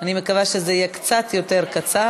אני מקווה שזה יהיה קצת יותר קצר.